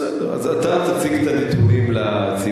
בסדר, אז אתה תציג את הנתונים לציבור.